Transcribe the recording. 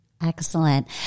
Excellent